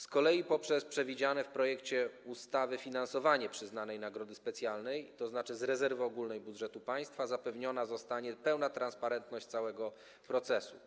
Z kolei przez przewidziane w projekcie ustawy finansowanie przyznanej nagrody specjalnej z rezerwy ogólnej budżetu państwa zapewniona zostanie pełna transparentność całego procesu.